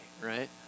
right